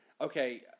okay